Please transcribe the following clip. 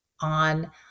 on